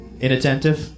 Inattentive